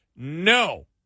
no